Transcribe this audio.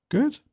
Good